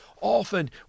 Often